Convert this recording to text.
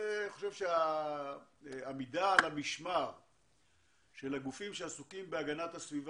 אנחנו צריכים להבין ממשרד האנרגיה עד מתי המגבלה הזאת חלה,